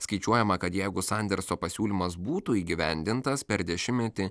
skaičiuojama kad jeigu sanderso pasiūlymas būtų įgyvendintas per dešimtmetį